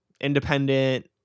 independent